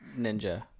Ninja